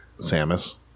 Samus